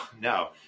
no